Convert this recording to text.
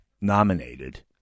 nominated